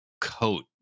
coat